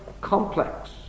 complex